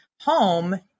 home